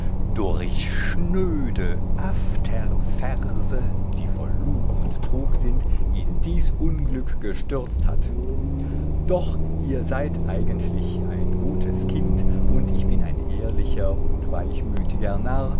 durch schnöde alterverse die voll lug und trug sind in dies unglück gestürzt hat doch ihr seid eigentlich ein gutes kind und ich bin ein ehrlicher weichmütiger narr